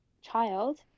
child